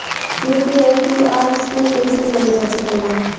UPI QR scan कइसे कईल जा ला?